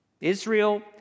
Israel